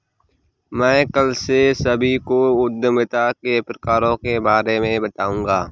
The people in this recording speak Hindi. मैं कल से सभी को उद्यमिता के प्रकारों के बारे में बताऊँगा